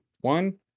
one